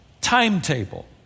timetable